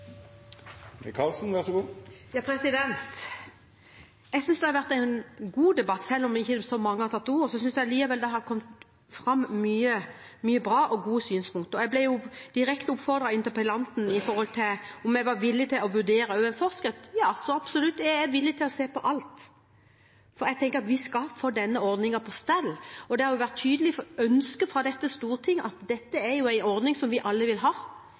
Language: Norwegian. Jeg synes det har vært en god debatt. Selv om ikke så mange har tatt ordet, synes jeg likevel det har kommet fram mye bra og mange gode synspunkter. Jeg ble direkte oppfordret av interpellanten med hensyn til om jeg også var villig til å vurdere en forskrift. Ja, absolutt, jeg er villig til å se på alt. For jeg tenker at vi skal få denne ordningen på stell, og det har vært et tydelig ønske fra dette stortinget at dette er en ordning som vi alle vil ha,